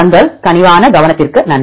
தங்களது கனிவான கவனத்திற்கு நன்றி